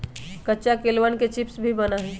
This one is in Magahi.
कच्चा केलवन के चिप्स भी बना हई